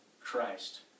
Christ